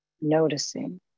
noticing